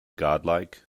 godlike